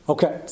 Okay